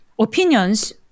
opinions